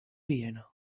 viena